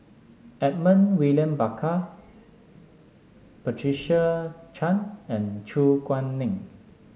Edmund William Barker Patricia Chan and Su Guaning